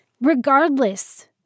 regardless